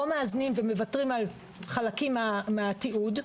או מאזנים ומוותרים על חלקים מהתיעוד,